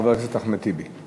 חבר הכנסת אחמד טיבי.